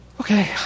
okay